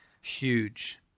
Huge